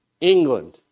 England